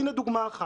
הינה דוגמה אחת.